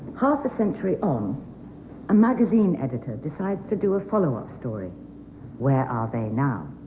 half a century on a magazine editor decides to do a follow up story where are they now